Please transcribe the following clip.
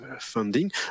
funding